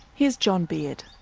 here's john beard.